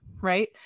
right